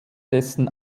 dessen